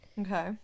Okay